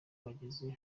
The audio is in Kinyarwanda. bageze